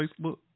Facebook